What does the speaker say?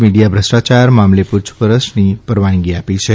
મિડીથા ભ્રષ્ટાયાર મામલે પૂછ રછની રવાની આ ી છે